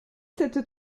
cette